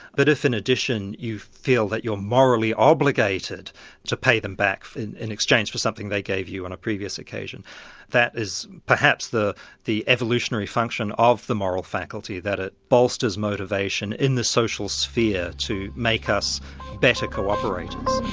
but if in addition you feel that you're morally obligated to pay them back in in exchange for something they gave you on a previous occasion that is perhaps the the evolutionary function of the moral faculty. that it bolsters motivation in the social sphere to make us better co-operators.